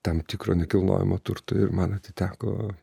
tam tikro nekilnojamo turto ir man atiteko